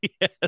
Yes